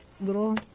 little